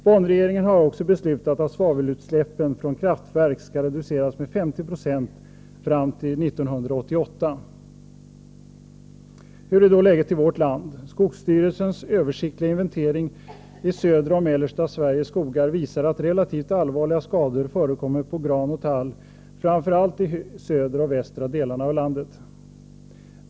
Bonnregeringen har också beslutat att svavelutsläppen från kraftverk skall reduceras med 50 96 fram till 1988. Hur är då läget i vårt land? Skogsstyrelsens översiktliga inventering av södra och mellersta Sveriges skogar visar att relativt allvarliga skador förekommer på gran och tall framför allt i södra och västra delarna av landet.